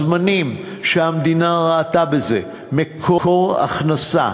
הזמנים שהמדינה ראתה בזה מקור הכנסה,